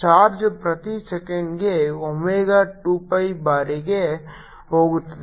charge ಪ್ರತಿ ಸೆಕೆಂಡಿಗೆ omega 2 pi ಬಾರಿಗೆ ಹೋಗುತ್ತದೆ